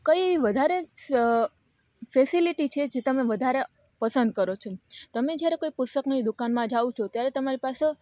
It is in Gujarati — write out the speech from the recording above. કઈ વધારે ફેસીલીટી છે જે તમે વધારે પસંદ કરો છો તમે જ્યારે કોઈ પુસ્તકની દુકાનમાં જાઓ છો ત્યારે તમારી પાસે